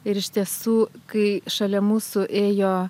ir iš tiesų kai šalia mūsų ėjo